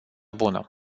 bună